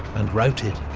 and routed.